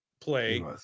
play